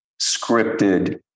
scripted